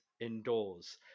indoors